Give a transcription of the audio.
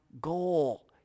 goal